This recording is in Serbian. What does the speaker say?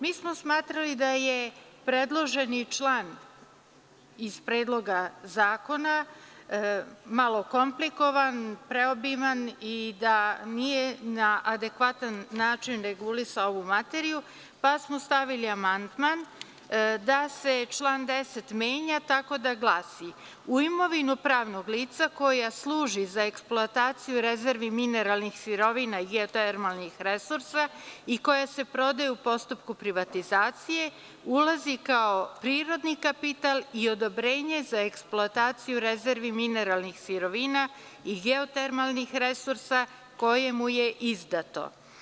Mi smo smatrali da je predloženi član iz predloga zakona malo komplikovan, preobiman i da nije na adekvatan način regulisao ovu materiju, pa smo stavili amandman, da se član 10 menja tako da glasi – U imovinu pravnog lica koja služi za eksploataciju rezervi mineralnih sirovina i geotermalnih resursa i koja se prodaje u postupku privatizacije ulazi kao prirodni kapital i odobrenje za eksploataciju rezervi mineralnih sirovina i geotermalnih resursa koje mu je izdato.